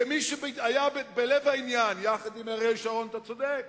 כמי שהיה בלב העניין יחד עם אריאל שרון, אתה צודק,